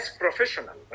professional